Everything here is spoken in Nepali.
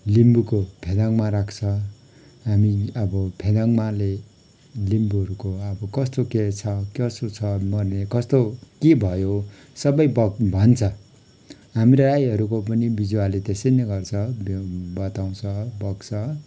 लिम्बूको फेदाङ्मा राख्छ हामी अब फेदाङ्माले लिम्बूहरूको अब कस्तो के छ कसो छ मर्ने कस्तो के भयो सबै बक भन्छ हामी राईहरूको पनि बिजुवाले त्यसै नै गर्छ त्यो बताउँछ बक्छ